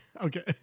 Okay